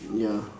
ya